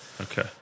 okay